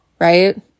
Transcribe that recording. right